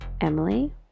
Emily